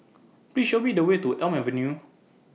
Please Show Me The Way to Elm Avenue